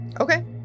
Okay